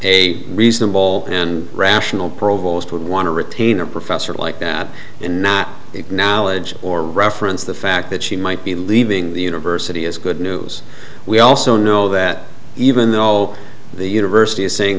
a reasonable and rational provost would want to retain a professor like that and not acknowledge or reference the fact that she might be leaving the university is good news we also know that even though the university is saying